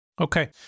Okay